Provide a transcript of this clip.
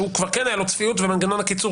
שכבר כן הייתה לו צפיות ומנגנון הקיצור